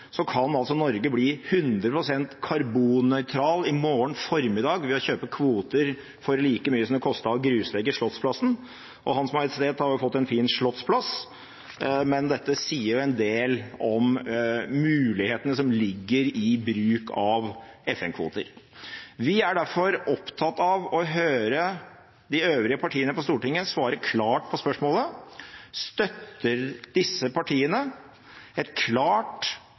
Norge bli 100 pst. karbonnøytralt i morgen formiddag ved å kjøpe kvoter for like mye som det kostet å gruslegge Slottsplassen – og Hans Majestet har jo fått en fin slottsplass. Dette sier en del om mulighetene som ligger i bruk av FN-kvoter. Vi er derfor opptatt av å høre de øvrige partiene på Stortinget svare klart på spørsmålet: Støtter man et klart,